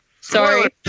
Sorry